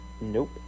Nope